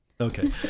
okay